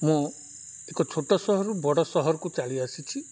ମୁଁ ଏକ ଛୋଟ ସହରୁ ବଡ଼ ସହରକୁ ଚାଲି ଆସିଛି